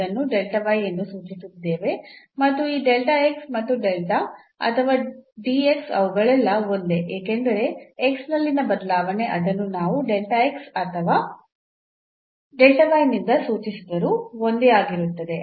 ಇದನ್ನು ಎಂದು ಸೂಚಿಸಿದ್ದೇವೆ ಮತ್ತು ಈ ಮತ್ತು ಅಥವಾ ಅವುಗಳೆಲ್ಲ ಒಂದೇ ಏಕೆಂದರೆ ನಲ್ಲಿನ ಬದಲಾವಣೆ ಅದನ್ನು ನಾವು ಅಥವಾ ನಿಂದ ಸೂಚಿಸಿದರೂ ಒಂದೇ ಆಗಿರುತ್ತದೆ